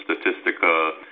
statistical